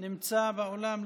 נמצא באולם?